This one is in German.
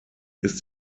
ist